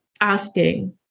asking